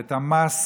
את המס